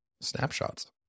snapshots